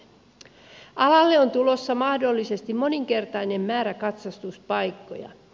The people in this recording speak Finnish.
alalle on tulossa mahdollisesti moninkertainen määrä katsastuspaikkoja